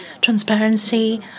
transparency